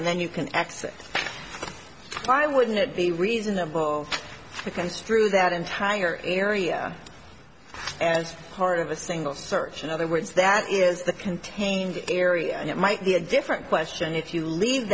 and then you can access why wouldn't it be reasonable to construe that entire area as part of a single search in other words that is a contained area and it might be a different question if you leave